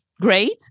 great